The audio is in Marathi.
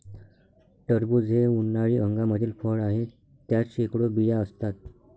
टरबूज हे उन्हाळी हंगामातील फळ आहे, त्यात शेकडो बिया असतात